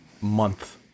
month